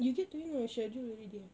you get to know your schedule already eh